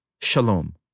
shalom